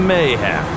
Mayhem